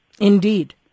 Indeed